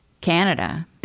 Canada